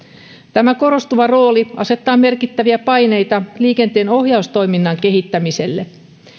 tämä korostuva rooli asettaa merkittäviä paineita liikenteenohjaustoiminnan kehittämiselle